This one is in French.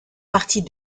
partie